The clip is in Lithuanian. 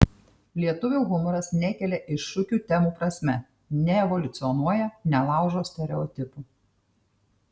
lietuvių humoras nekelia iššūkių temų prasme neevoliucionuoja nelaužo stereotipų